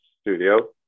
studio